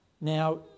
Now